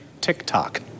TikTok